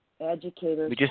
educators